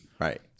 right